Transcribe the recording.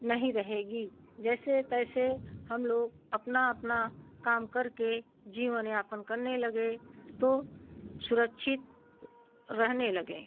नहीं रहेगी जैसे तैसे हम लोग अपना अपना काम करके जीवन यापन करने लगे तो सुरक्षित रहने लगे